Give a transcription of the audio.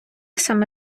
саме